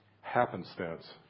happenstance